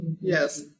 Yes